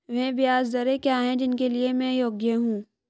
वे ब्याज दरें क्या हैं जिनके लिए मैं योग्य हूँ?